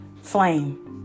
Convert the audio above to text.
flame